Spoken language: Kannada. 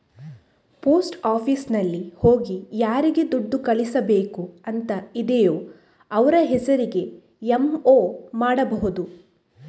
ಪೋಸ್ಟ್ ಆಫೀಸಿನಲ್ಲಿ ಹೋಗಿ ಯಾರಿಗೆ ದುಡ್ಡು ಕಳಿಸ್ಬೇಕು ಅಂತ ಇದೆಯೋ ಅವ್ರ ಹೆಸರಿಗೆ ಎಂ.ಒ ಮಾಡ್ಬಹುದು